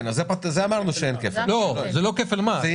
זה לא כפל מס.